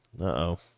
uh-oh